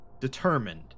determined